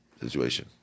situation